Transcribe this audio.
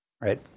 Right